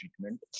treatment